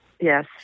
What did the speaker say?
yes